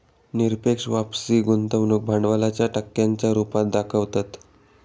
निरपेक्ष वापसी गुंतवणूक भांडवलाच्या टक्क्यांच्या रुपात दाखवतत